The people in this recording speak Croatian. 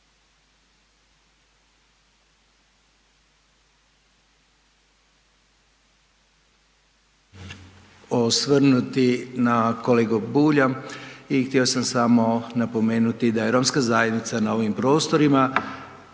na kolegu Bulja i htjeo sam samo napomenuti da je romska zajednica na ovim prostorima